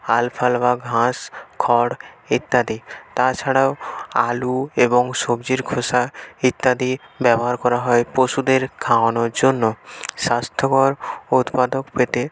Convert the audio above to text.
আলফালফা ঘাস খড় ইত্যাদি তাছাড়াও আলু এবং সবজির খোসা ইত্যাদি ব্যবহার করা হয় পশুদের খাওয়ানোর জন্য স্বাস্থ্যকর উৎপাদক পেতে